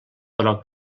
però